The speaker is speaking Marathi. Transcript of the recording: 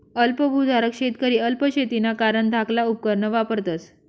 अल्प भुधारक शेतकरी अल्प शेतीना कारण धाकला उपकरणं वापरतस